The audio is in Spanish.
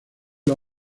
los